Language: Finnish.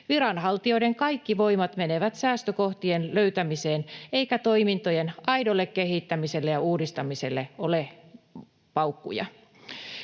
Viranhaltijoiden kaikki voimat menevät säästökohtien löytämiseen, eikä toimintojen aidolle kehittämiselle ja uudistamiselle ole paukkuja.